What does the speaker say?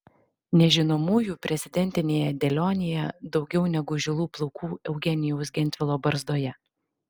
nežinomųjų prezidentinėje dėlionėje daugiau negu žilų plaukų eugenijaus gentvilo barzdoje